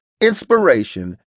inspiration